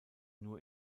nur